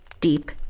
deep